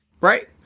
Right